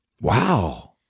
Wow